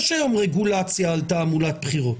יש היום רגולציה על תעמולת בחירות.